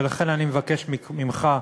ולכן, אני מבקש ממך,